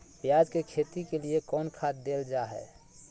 प्याज के खेती के लिए कौन खाद देल जा हाय?